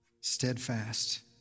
steadfast